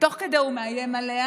ותוך כדי הוא איים עליה